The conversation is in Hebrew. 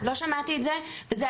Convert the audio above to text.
לא שמעתי את זה,